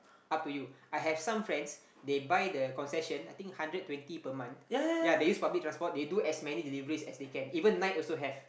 up to you I have some friends they buy the concession I think hundred twenty per month yea they use public transport they do as many deliveries as they can even night also have